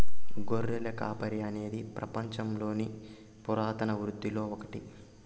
గొర్రెల కాపరి అనేది పపంచంలోని పురాతన వృత్తులలో ఒకటి